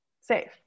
safe